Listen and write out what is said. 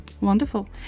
Wonderful